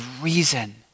reason